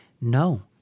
no